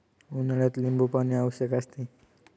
उन्हाळ्यात लिंबूपाणी आवश्यक असते